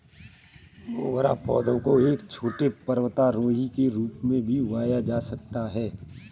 मोगरा पौधा को एक छोटे पर्वतारोही के रूप में भी उगाया जा सकता है